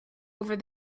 over